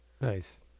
Nice